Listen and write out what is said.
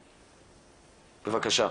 בבקשה.